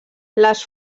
les